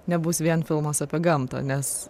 nebus vien filmas apie gamtą nes